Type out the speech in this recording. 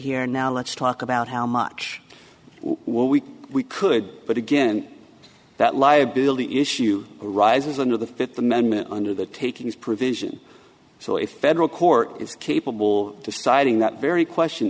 here now let's talk about how much what we we could but again that liability issue arises under the fifth amendment under the takings provision so ephedra court is capable of deciding that very question